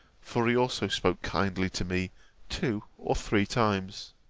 for he also spoke kindly to me two or three times.